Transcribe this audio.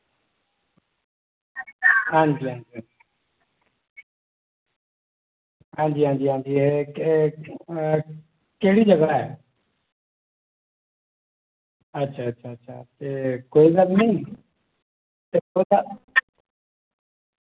आं जी आं जी आं जी आं जी आं जी एह् केह्ड़ी जगह् ऐ अच्छा अच्छा ते कोई गल्ल निं ते तुस